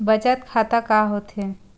बचत खाता का होथे?